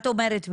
את אומרת במאי,